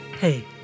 Hey